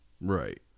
Right